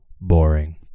boring